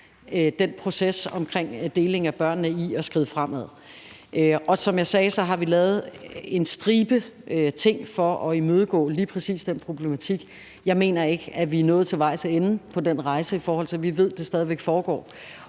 processen omkring deling af børnene i at skride fremad. Som jeg sagde, har vi lavet en stribe ting for at imødegå lige præcis den problematik. Jeg mener ikke, at vi er nået til vejs ende på den rejse, i forhold til at vi ved, at det stadig væk foregår,